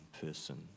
person